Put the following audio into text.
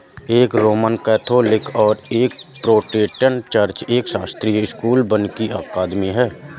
एक Roman Catholic और एक प्रोटेस्टेंट चर्च, एक शास्त्रीय स्कूल और वानिकी अकादमी है